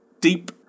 deep